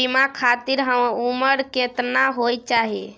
बीमा खातिर उमर केतना होय चाही?